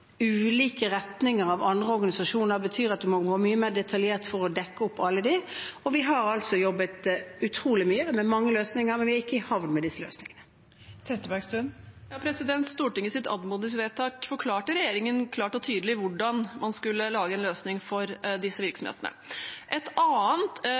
ulike retninger av andre organisasjoner, betyr at man må være mye mer detaljert for å dekke opp alle dem. Vi har altså jobbet utrolig mye med mange løsninger, men vi er ikke i havn med disse løsningene. Stortingets anmodningsvedtak forklarte regjeringen klart og tydelig hvordan man skulle lage en løsning for disse